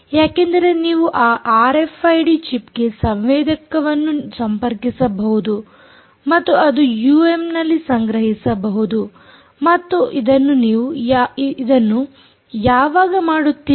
ಯಾಕೆಂದರೆ ನೀವು ಈ ಆರ್ಎಫ್ಐಡಿ ಚಿಪ್ಗೆ ಸಂವೇದಕವನ್ನು ಸಂಪರ್ಕಿಸಬಹುದು ಮತ್ತು ಅದನ್ನು ಯೂಎಮ್ನಲ್ಲಿ ಸಂಗ್ರಹಿಸಬಹುದು ಮತ್ತು ಇದನ್ನು ನೀವು ಇದನ್ನು ಯಾವಾಗ ಮಾಡುತ್ತೀರಿ